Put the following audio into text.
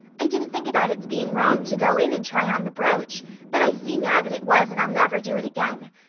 i didn't think about its being wrong to go in and try on the brooch but i see now that it was and i'll never do it again.